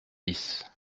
bis